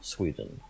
Sweden